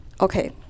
Okay